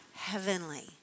heavenly